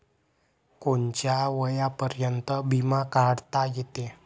कोनच्या वयापर्यंत बिमा काढता येते?